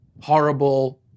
horrible